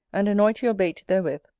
and anoint your bait therewith,